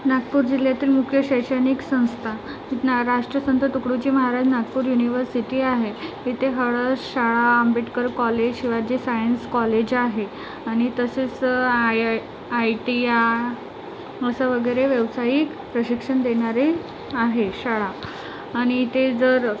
नागपूर जिल्ह्यातील मुख्य शैक्षणिक संस्था ना राष्ट्रसंत तुकडोजी महाराज नागपूर युनिव्हर्सिटी आहे इथे हडस शाळा Ambedkar college Shivaji science college आहे आणि तसेच आय आय आई टी आ असं वगैरे व्यावसायिक प्रशिक्षण देणारे आहे शाळा आणि इथे जर